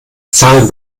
zahlen